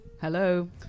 hello